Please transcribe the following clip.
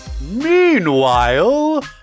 Meanwhile